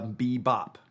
bebop